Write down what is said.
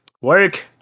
work